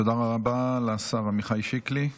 תודה רבה לשר עמיחי שקלי.